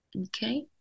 okay